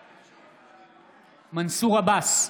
בעד מנסור עבאס,